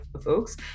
folks